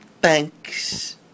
Thanks